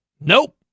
nope